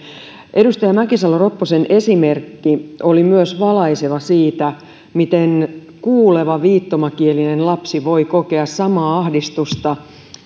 edustaja mäkisalo ropposen esimerkki oli valaiseva siitä miten kuuleva viittomakielinen lapsi voi kokea samaa ahdistusta